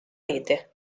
rete